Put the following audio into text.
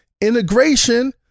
integration